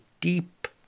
deep